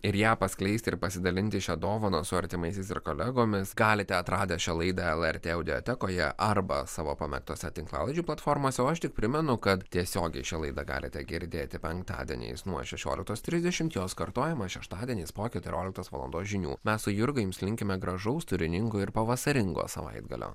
ir ją paskleisti ir pasidalinti šia dovana su artimaisiais ir kolegomis galite atradę šią laidą lrt audiotekoje arba savo pamėgtose tinklalaidžių platformose o aš tik primenu kad tiesiogiai šią laidą galite girdėti penktadieniais nuo šešioliktos trisdešimtjos kartojama šeštadieniais po keturioliktos valandos žinių mes su jurga jums linkime gražaus turiningo ir pavasaringo savaitgalio